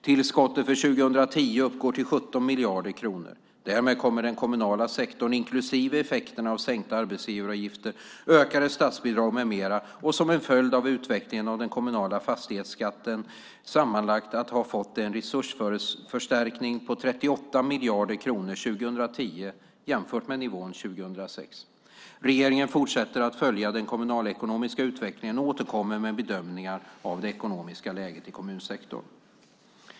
Tillskottet för 2010 uppgår till 17 miljarder kronor. Därmed kommer den kommunala sektorn, inklusive effekterna av sänkta arbetsgivaravgifter, ökade statsbidrag med mera och som en följd av utvecklingen av den kommunala fastighetsskatten, sammanlagt att ha fått en resursförstärkning på 38 miljarder kronor 2010 jämfört med nivån 2006. Regeringen fortsätter att följa den kommunalekonomiska utvecklingen och återkommer med bedömningar av det ekonomiska läget i kommunsektorn.